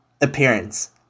appearance